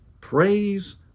praise